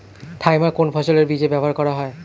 Thiram কোন ফসলের বীজে ব্যবহার করা হয়?